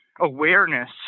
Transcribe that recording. awareness